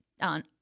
on